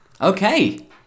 Okay